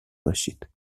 باشید